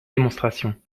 démonstration